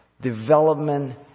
development